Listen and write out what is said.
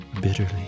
bitterly